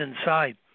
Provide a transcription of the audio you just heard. inside